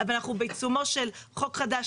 אבל אנחנו בעיצומו של חוק חדש,